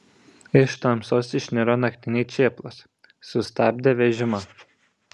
iš tamsos išniro naktiniai čėplos sustabdė vežimą